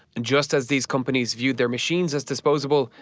and just as these companies viewed their machines as disposable,